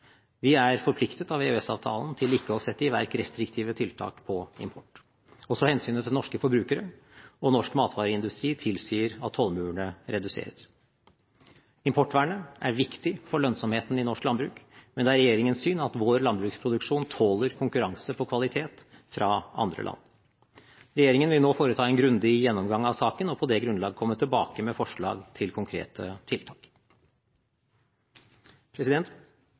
Vi er forpliktet av EØS-avtalen til ikke å sette i verk restriktive tiltak på import. Også hensynet til norske forbrukere og norsk matvareindustri tilsier at tollmurene reduseres. Importvernet er viktig for lønnsomheten i norsk landbruk, men det er regjeringens syn at vår landbruksproduksjon tåler konkurranse på kvalitet fra andre land. Regjeringen vil nå foreta en grundig gjennomgang av saken og på det grunnlag komme tilbake med forslag til konkrete